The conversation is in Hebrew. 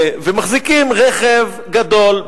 מחזיקים רכב גדול,